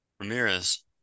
Ramirez